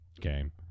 game